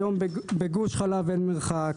היום בגוש חלב אין מרחק,